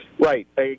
Right